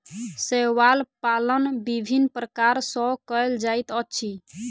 शैवाल पालन विभिन्न प्रकार सॅ कयल जाइत अछि